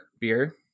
beer